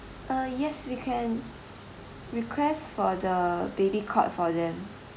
uh yes we can request for the baby cot for them